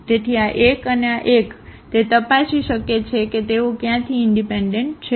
તેથી આ એક અને આ એક તે તપાસી શકે છે કે તેઓ ક્યાંથી ઇનડિપેન્ડન્ટ છે